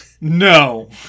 No